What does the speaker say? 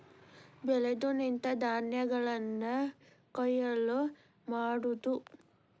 ಬೆಳೆದು ನಿಂತ ಧಾನ್ಯಗಳನ್ನ ಕೊಯ್ಲ ಮಾಡುದು